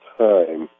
time